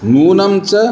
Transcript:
न्यूनं च